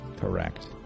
Correct